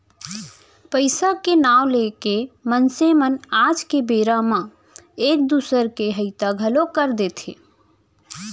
पइसा के नांव लेके मनसे मन आज के बेरा म एक दूसर के हइता घलौ कर देथे